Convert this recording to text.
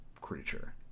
creature